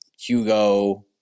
Hugo